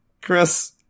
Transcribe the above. Chris